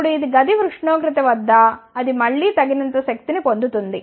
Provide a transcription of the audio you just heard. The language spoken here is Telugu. ఇప్పుడు గది ఉష్ణోగ్రత వద్ద అది మళ్ళీ తగినంత శక్తిని పొందుతుంది